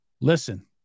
Listen